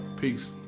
Peace